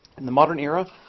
in the modern era,